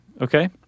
Okay